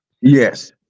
Yes